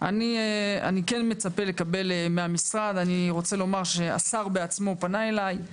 אני כן מצפה לקבל מהמשרד השר בעצמו פנה אליי,